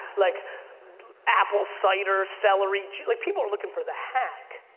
like apple cider, celery. like people are looking for the hack